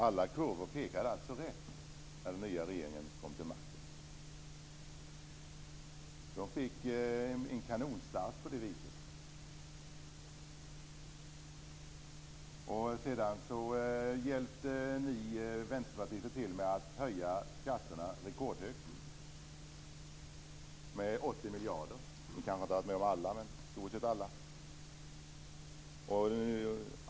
Alla kurvor pekade alltså rätt när den nya regeringen kom till makten. Den fick en kanonstart på det viset. Sedan hjälpte ni vänsterpartister till att höja skatterna rekordhögt med 80 miljarder. Ni var med om i stort sett alla höjningar.